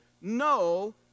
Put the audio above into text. no